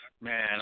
man